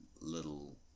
little